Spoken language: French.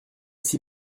six